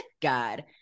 God